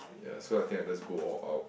ya so I think I just go all out